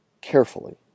carefully